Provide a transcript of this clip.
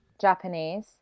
japanese